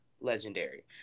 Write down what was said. legendary